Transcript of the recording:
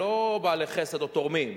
הם לא בעלי חסד או תורמים,